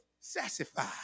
satisfied